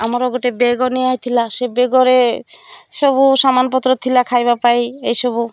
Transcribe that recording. ଆମର ଗୋଟେ ବ୍ୟାଗ୍ ନିଆ ହେଥିଲା ସେ ବ୍ୟାଗ୍ରେ ସବୁ ସମାନପତ୍ର ଥିଲା ଖାଇବା ପାଇଁ ଏଇସବୁ